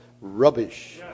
rubbish